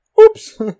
Oops